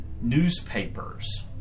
newspapers